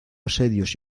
asedios